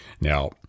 Now